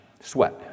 sweat